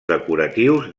decoratius